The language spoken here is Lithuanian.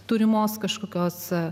turimos kažkokios